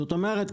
זאת אומרת,